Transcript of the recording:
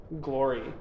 glory